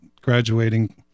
graduating